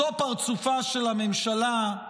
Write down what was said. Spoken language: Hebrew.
זו פרצופה של הממשלה.